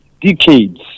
decades